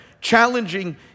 challenging